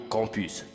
Campus